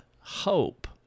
hope